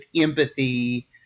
empathy